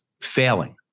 failing